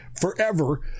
forever